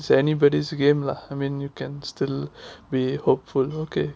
it's anybody's game lah I mean you can still be hopeful okay